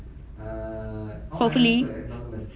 hopefully